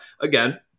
again